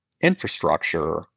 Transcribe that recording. infrastructure